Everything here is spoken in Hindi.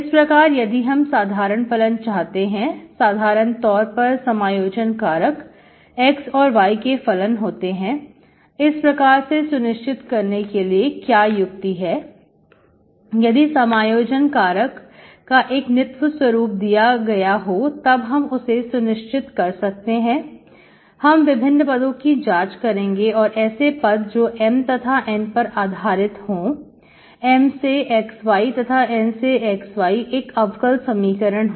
इस प्रकार यदि हम साधारण फलन चाहते हैं साधारण तौर पर समायोजन कारक x और y के फलन होते हैं इस प्रकार से सुनिश्चित करने के लिए क्या युक्ति है यदि समायोजन कारक का एक नित्य स्वरूप दिया गया हो तब हम उसे सुनिश्चित कर सकते हैं हम विभिन्न पदों की जांच करेंगे ऐसे पद जो M तथा N पर आधारित हो M से xy तथा N से xy एक अवकल समीकरण हो